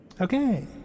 Okay